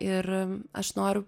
ir aš noriu